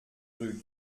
rue